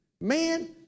Man